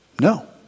No